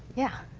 yeah.